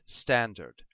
standard